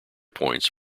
points